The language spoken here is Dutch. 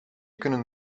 kunnen